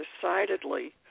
Decidedly